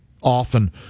often